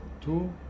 two